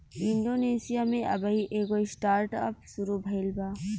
Indonesia में अबही एगो स्टार्टअप शुरू भईल बा